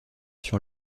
sur